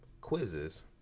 quizzes